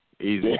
Easy